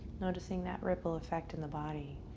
noticing that ripple effect in the body.